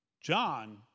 John